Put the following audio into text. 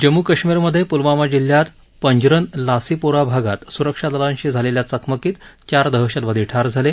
जम्मू कश्मीरमधे पुलवामा जिल्ह्यात पंजरन लासीपोरा भागात सुरक्षा दलांशी झालेल्या चकमकीत चार दहशतवादी ठार झाले